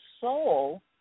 soul